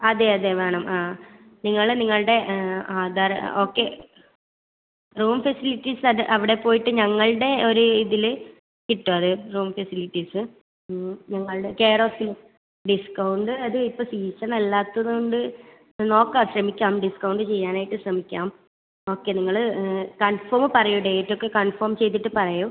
അതെ അതെ വേണം ആ നിങ്ങൾ നിങ്ങളുടെ ആധാർ ഓക്കെ റൂം ഫെസിലിറ്റീസ് അത് അവിടെ പോയിട്ട് ഞങ്ങളുടെ ഒരു ഇതിൽ കിട്ടും അത് റൂം ഫെസിലിറ്റീസ് നിങ്ങളുടെ കെയർ ഓഫിൽ ഡിസ്കൗണ്ട് അത് ഇപ്പോൾ സീസൺ അല്ലാത്തത് കൊണ്ട് നോക്കാം ശ്രമിക്കാം ഡിസ്കൗണ്ട് ചെയ്യാനായിട്ട് ശ്രമിക്കാം ഓക്കെ നിങ്ങൾ കൺഫേമ് പറയൂ ഡേറ്റ് ഒക്കെ കൺഫേം ചെയ്തിട്ട് പറയൂ